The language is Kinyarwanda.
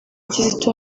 kizito